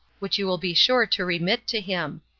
which you will be sure to remit to him.